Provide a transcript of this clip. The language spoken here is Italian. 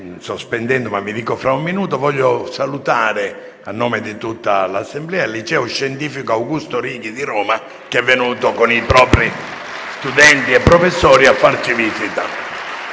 il Presidente del Consiglio. Voglio salutare, a nome di tutta l'Assemblea, il Liceo scientifico «Augusto Righi» di Roma, che è venuto con i propri studenti e professori a farci visita.